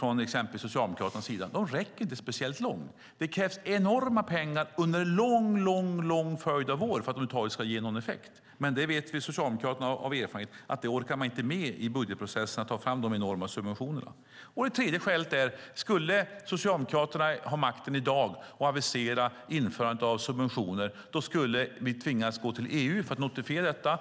från exempelvis Socialdemokraternas sida inte räcker speciellt långt. Där krävs enormt mycket pengar under en väldigt lång följd av år för att de över huvud taget ska ge någon effekt. Men Socialdemokraterna vet av erfarenhet att man i budgetprocessen inte orkar med att ta fram de enorma subventionerna. Det tredje skälet är: Om Socialdemokraterna skulle ha makten i dag och avisera införandet av subventioner, då skulle vi tvingas gå till EU för att notifiera detta.